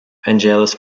vangelis